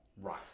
Right